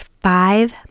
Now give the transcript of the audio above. Five